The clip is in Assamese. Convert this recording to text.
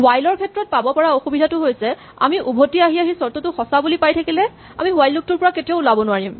হুৱাইল ৰ ক্ষেত্ৰত পাব পৰা অসুবিধাটো হৈছে আমি উভতি আহি আহি চৰ্তটো সঁচা বুলি পাই থাকিলে আমি হুৱাইল লুপ টোৰ পৰা কেতিয়াও ওলাব নোৱাৰিম